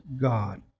God